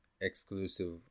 exclusive